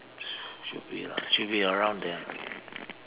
should be lah should be around there lah